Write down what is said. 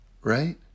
right